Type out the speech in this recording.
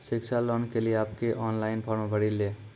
शिक्षा लोन के लिए आप के ऑनलाइन फॉर्म भरी ले?